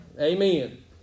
Amen